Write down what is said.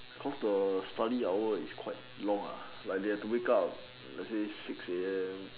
cause the study hour is quite long lah like they have to wake up let's say six A_M